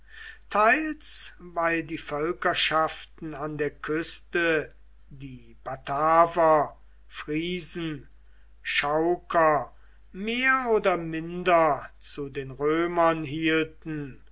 teils weil die völkerschaften an der küste die bataver friesen chauker mehr oder minder zu den römern hielten